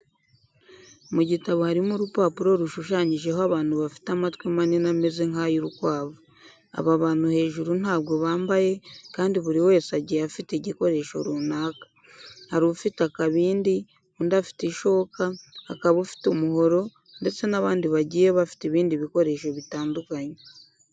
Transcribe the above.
Mu gitabo harimo urupapuro rushushanyijeho abantu bafite amatwi manini ameze nk'ay'urukwavu. Aba bantu hejuru ntabwo bambaye kandi buri wese agiye afite igikoresho runaka. Hari ufite akabindi, undi afite ishoka, hakaba ufite umuhoro ndetse n'abandi bagiye bafite ibindi bikoresho bitandukanye.